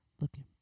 looking